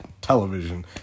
television